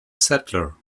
settler